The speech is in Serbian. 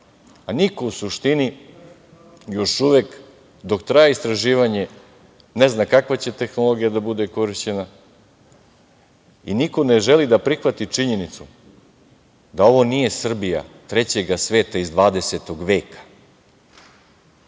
a niko u suštini još uvek, dok traje istraživanje ne zna kakva će tehnologija da bude korišćena i niko ne želi da prihvati činjenicu da ovo nije Srbija trećega sveta iz 20. veka. Da